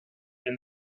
been